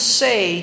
say